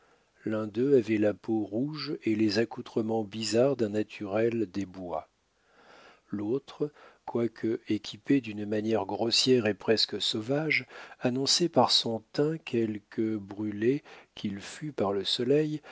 l'un d'eux avait la peau rouge et les accoutrements bizarres d'un naturel des bois l'autre quoique équipé d'une manière grossière et presque sauvage annonçait par son teint quelque brûlé qu'il fût par le soleil